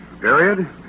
Period